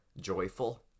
joyful